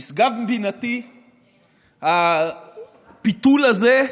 נשגב מבינתי הפיתול הזה,